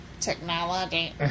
technology